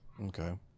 Okay